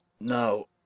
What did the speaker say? No